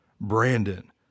Brandon